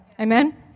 Amen